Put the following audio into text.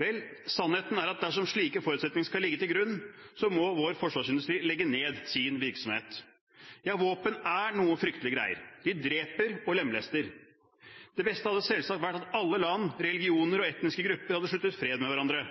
Vel, sannheten er at dersom slike forutsetninger skal ligge til grunn, må vår forsvarsindustri legge ned sin virksomhet. Ja, våpen er noe fryktelige greier. De dreper og lemlester. Det beste hadde selvsagt vært at alle land, religioner og etniske grupper hadde sluttet fred med hverandre.